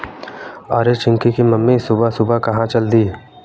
अरे चिंकी की मम्मी सुबह सुबह कहां चल दी?